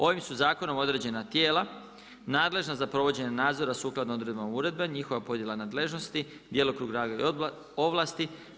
Ovim su zakonom određena tijela nadležna za provođenje nadzora sukladno odredbama uredbe, njihova podjela nadležnosti, djelokrug rada i ovlasti.